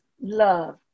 love